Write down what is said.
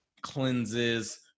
cleanses